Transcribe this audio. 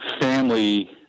family